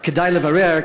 כדאי לברר,